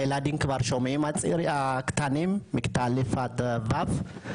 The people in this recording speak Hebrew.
הילדים הקטנים מכיתה א' עד ו',